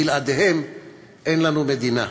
בלעדיהם אין לנו מדינה.